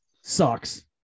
sucks